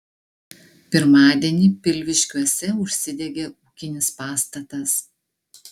pirmadienį pilviškiuose užsidegė ūkinis pastatas